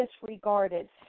disregarded